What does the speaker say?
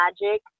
Magic